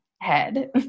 head